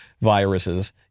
viruses